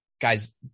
guys